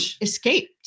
escaped